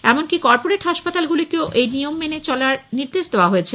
এমনকি কর্পোরেট হাসপাতালগুলিকেও এই নিয়ম মেনে চলার নির্দেশ দেওয়া হয়েছে